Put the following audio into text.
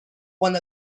one